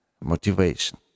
motivation